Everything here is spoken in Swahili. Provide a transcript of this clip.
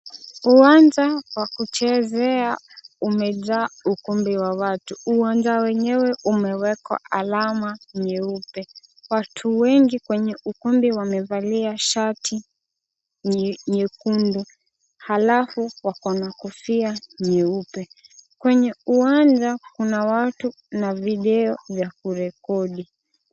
Uwanja wa kuchezea umejaa ukumbi wa watu. Uwanja wenyewe umewekwa alama nyeupe. Watu wengi kwenye ukumbi wamevalia shati nyekundu, halafu wakona kofia nyeupe. Kwenye uwanja Kuna watu na video vya kurekodi .